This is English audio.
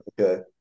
Okay